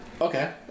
Okay